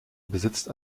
besitzt